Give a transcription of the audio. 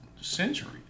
centuries